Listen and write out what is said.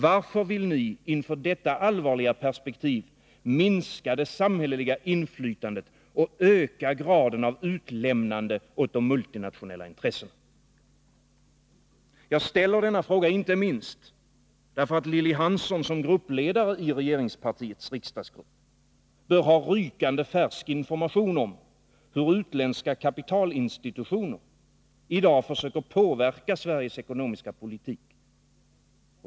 Varför vill ni inför detta allvarliga perspektiv minska det samhälleliga inflytandet och öka graden av utlämnande åt de multinationella intressena? Jagställer denna fråga inte minst därför att Lilly Hansson som gruppledare i regeringspartiets riksdagsgrupp bör ha rykande färsk information om hur utländska kapitalinstitutioner i dag försöker påverka Sveriges ekonomiska politik.